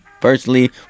personally